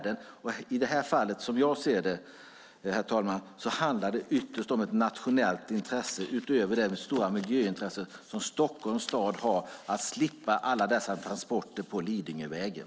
Som jag ser det, herr talman, handlar det i det här fallet ytterst om ett nationellt intresse, detta utöver det stora miljöintresse som Stockholms stad har av att slippa alla dessa transporter på Lidingövägen.